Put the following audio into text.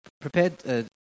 prepared